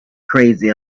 crazy